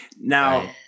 Now